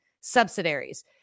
subsidiaries